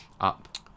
Up